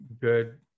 good